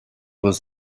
was